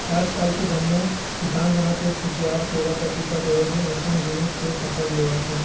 आजकाल के जम्मो किसान मन ह तो खुसियार, केरा, पपिता, सोयाबीन अइसन जिनिस के फसल लेवत हे